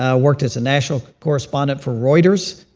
ah worked as a national correspondent for reuters,